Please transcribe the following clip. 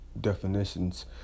definitions